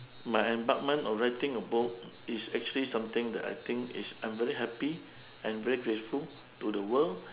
my embarkment of writing a book is actually something that I think is I'm very happy and very grateful to the world